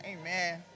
Amen